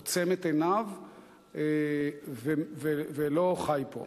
עוצם את עיניו ולא חי פה.